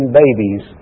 babies